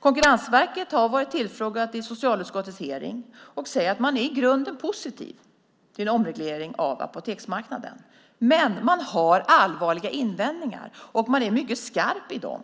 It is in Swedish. Konkurrensverket har tillfrågats i socialutskottets hearing och säger att man är i grunden positiv till en omreglering av apoteksmarknaden. Men man har allvarliga invändningar, och man är mycket skarp i dem.